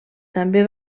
també